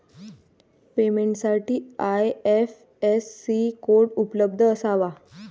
पेमेंटसाठी IFSC code उपलब्ध असावा